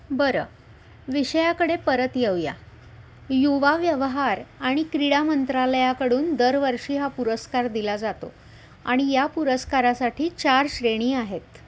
बरं विषयाकडे परत येऊया युवा व्यवहार आणि क्रीडा मंत्रालयाकडून दरवर्षी हा पुरस्कार दिला जातो आणि या पुरस्कारासाठी चार श्रेणी आहेत